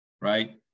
right